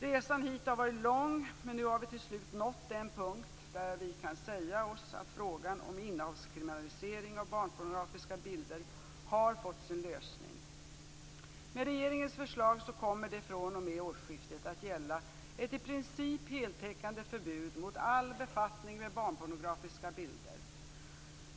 Resan hit har varit lång men nu har vi till slut nått den punkt där vi kan säga oss att frågan om innehavskriminalisering av barnpornografiska bilder har fått sin lösning. Med regeringens förslag kommer fr.o.m. årsskiftet ett i princip heltäckande förbud mot all befattning med barnpornografiska bilder att gälla.